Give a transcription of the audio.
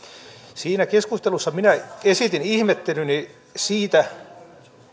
siinä keskustelussa minä esitin ihmettelyni siitä